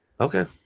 Okay